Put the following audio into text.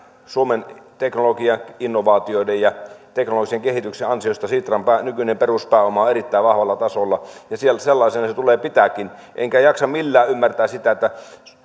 suomen teknologian innovaatioiden ja teknologisen kehityksen ansiosta sitran nykyinen peruspääoma on erittäin vahvalla tasolla ja sellaisena se tulee pitääkin en jaksa millään ymmärtää sitä että